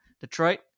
Detroit